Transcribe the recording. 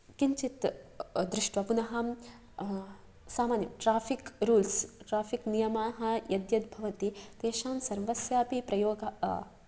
किञ्चित् दृष्ट्वा पुनः सामन्य ट्राफ़िक् रूल्स् ट्राफ़िक् नियमाः यत् यत् भवति तेषां सर्वस्यापि प्रयोगाः